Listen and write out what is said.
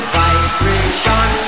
vibration